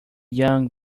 young